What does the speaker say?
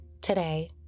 today